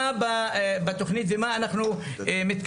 מה בתוכנית ומה אנחנו מתכוונים?